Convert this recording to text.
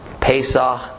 Pesach